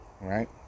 right